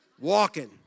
walking